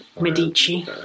Medici